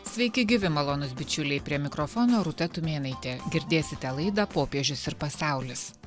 sveiki gyvi malonūs bičiuliai prie mikrofono rūta tumėnaitė girdėsite laidą popiežius ir pasaulis